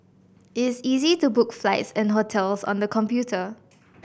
it's easy to book flights and hotels on the computer